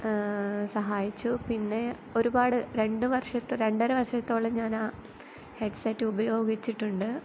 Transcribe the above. സഹായിച്ചു പിന്നെ ഒരുപാട് രണ്ട് വർഷത്ത് രണ്ടര വർഷത്തോളം ഞാനാ ഹെഡ് സെറ്റ് ഉപയോഗിച്ചിട്ടുണ്ട്